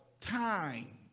time